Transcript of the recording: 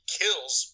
kills